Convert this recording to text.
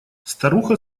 старуха